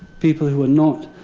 people who are not